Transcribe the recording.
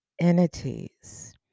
entities